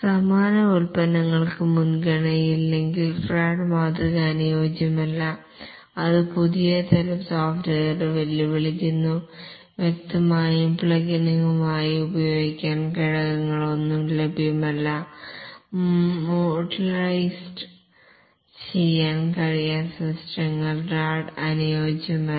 സമാന ഉൽപ്പന്നങ്ങൾക്ക് മുൻഗണനയില്ലെങ്കിൽ റാഡ് മാതൃക അനുയോജ്യമല്ല അത് പുതിയ തരം സോഫ്റ്റ്വെയറുകളെ വെല്ലുവിളിക്കുന്നു വ്യക്തമായും പ്ലഗിനുകളായി ഉപയോഗിക്കാൻ ഘടകങ്ങളൊന്നും ലഭ്യമല്ല മോഡുലറൈസ്ഡ് ചെയ്യാൻ കഴിയാത്ത സിസ്റ്റങ്ങൾ റാഡ് അനുയോജ്യമല്ല